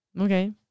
okay